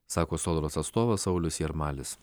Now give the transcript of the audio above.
sako sodros atstovas saulius jarmalis